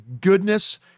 goodness